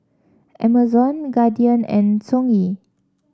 Amazon Guardian and Songhe